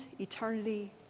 eternity